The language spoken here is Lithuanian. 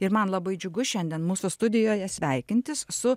ir man labai džiugu šiandien mūsų studijoje sveikintis su